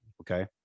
okay